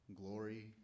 glory